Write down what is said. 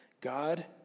God